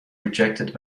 rejected